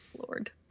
Lord